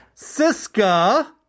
Siska